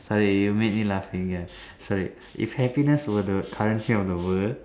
sorry you make me laughing ya sorry if happiness were the currency of the world